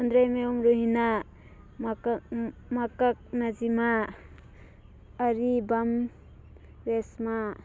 ꯐꯨꯟꯗ꯭ꯔꯩꯃꯌꯨꯝ ꯔꯣꯍꯤꯅꯥ ꯃꯀꯛ ꯃꯀꯛ ꯅꯖꯤꯃꯥ ꯑꯔꯤꯕꯝ ꯔꯦꯁꯃꯥ